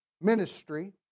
ministry